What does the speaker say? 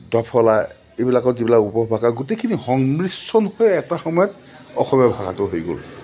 ডফলা এইবিলাকত যিবিলাক উপভাষা গোটেইখিনি সংমিশ্ৰণ হৈ এটা সময়ত অসমীয়া ভাষাটো হৈ গ'ল